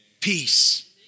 peace